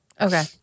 Okay